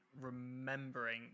remembering